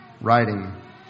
writing